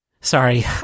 Sorry